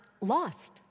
lost